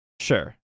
Sure